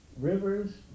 rivers